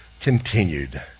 continued